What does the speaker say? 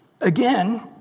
again